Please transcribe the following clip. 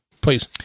Please